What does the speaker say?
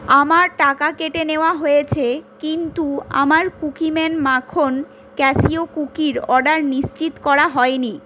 আমার টাকা কেটে নেওয়া হয়েছে কিন্তু আমার কুকিম্যান মাখন ক্যাশিউ কুকির অর্ডার নিশ্চিত করা হয়নি